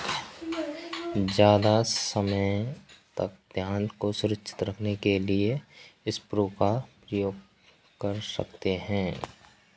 ज़्यादा समय तक धान को सुरक्षित रखने के लिए किस स्प्रे का प्रयोग कर सकते हैं?